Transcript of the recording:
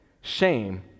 Shame